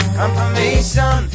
confirmation